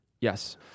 Yes